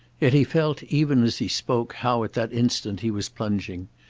yet he felt even as he spoke how at that instant he was plunging.